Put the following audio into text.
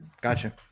Gotcha